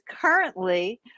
currently